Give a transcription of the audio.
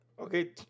Okay